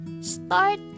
start